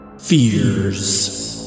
fears